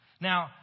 Now